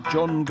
John